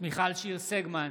מיכל שיר סגמן,